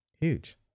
Huge